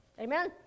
Amen